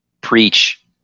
preach